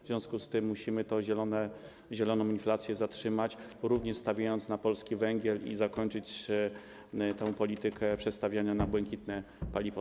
W związku z tym musimy tę zieloną inflację zatrzymać, również stawiając na polski węgiel, i zakończyć politykę przestawiania na błękitne paliwo.